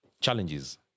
challenges